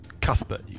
Cuthbert